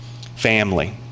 family